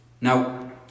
now